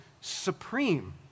supreme